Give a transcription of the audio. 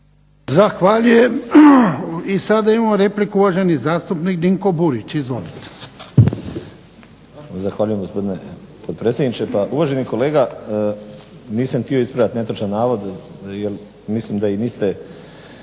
Zahvaljujem. I sada imamo repliku, uvaženi zastupnik Dinko Burić. Izvolite.